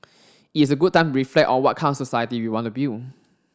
it is a good time reflect on what kind of society we want to build